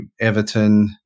Everton